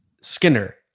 Skinner